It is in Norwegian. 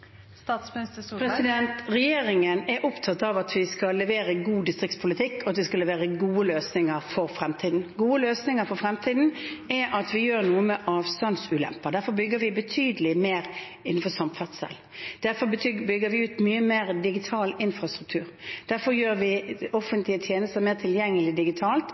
Regjeringen er opptatt av at vi skal levere god distriktspolitikk, og at vi skal levere gode løsninger for fremtiden. Gode løsninger for fremtiden er at vi gjør noe med avstandsulemper. Derfor bygger vi betydelig mer innenfor samferdsel. Derfor bygger vi ut mye mer digital infrastruktur. Derfor gjør vi offentlige tjenester mer tilgjengelige digitalt,